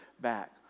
back